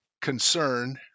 concern